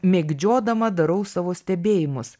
mėgdžiodama darau savo stebėjimus